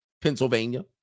Pennsylvania